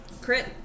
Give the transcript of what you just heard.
Crit